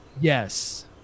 yes